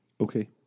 Okay